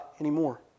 anymore